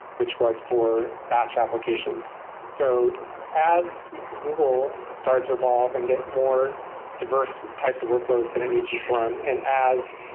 which was for batch applications so as google started to evolve and get more diverse types of workloads that it need to run, and as